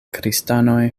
kristanoj